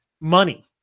money